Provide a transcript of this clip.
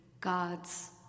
God's